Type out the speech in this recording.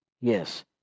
yes